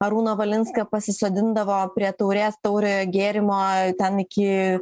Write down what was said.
arūną valinską pasisodindavo prie taurės tauriojo gėrimo ten iki